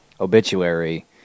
Obituary